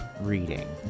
reading